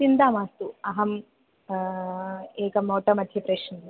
चिन्ता मास्तु अहम् एकम् ओट मध्ये प्रेषणीयं